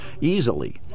easily